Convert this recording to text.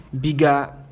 bigger